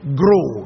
grow